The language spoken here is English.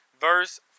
verse